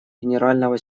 генерального